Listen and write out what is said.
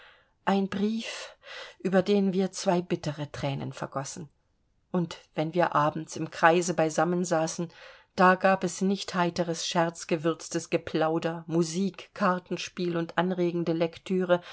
ein brief über den wir zwei bittere thränen vergossen und wenn wir abends im kreise beisammen saßen da gab es nicht heiteres scherzgewürztes geplauder musik kartenspiel und anregende lektüre